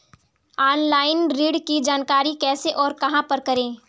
Online ऋण की जानकारी कैसे और कहां पर करें?